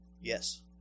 Yes